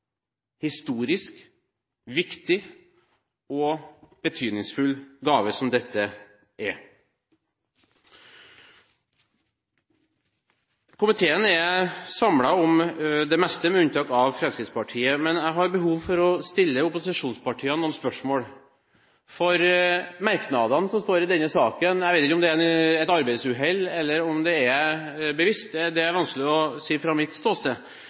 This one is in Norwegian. historisk viktig og betydningsfull gave som dette er. Komiteen, med unntak av Fremskrittspartiet, er samlet om det meste, men jeg har behov for å stille opposisjonspartiene noen spørsmål, for merknadene i denne saken – jeg vet ikke om det er et arbeidsuhell, eller om det er bevisst, det er vanskelig å si fra mitt ståsted